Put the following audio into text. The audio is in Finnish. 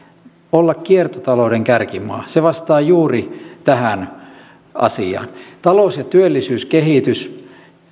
olla kiertotalouden kärkimaa se vastaa juuri tähän asiaan talous ja työllisyyskehitys